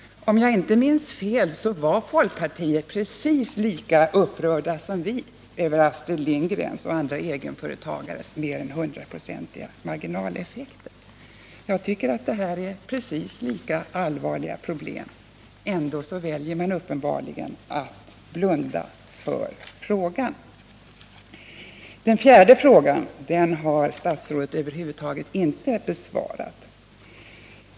Om jag inte minns fel var man i folkpartiet precis lika upprörd som vi över de marginaleffekter som drabbade Astrid Lindgren och andra egenföretagare och som medförde skatter och avgifter på över 100 ?,. Jag tycker att det här är exakt lika allvarliga problem. Ändå väljer man uppenbarligen att blunda för frågan. Den fjärde frågan har statsrådet över huvud taget inte besvarat.